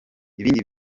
ibindi